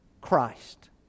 Christ